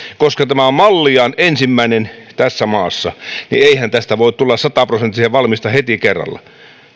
koska tämä on malliaan ensimmäinen tässä maassa niin eihän tästä voi tulla sataprosenttisen valmista heti kerralla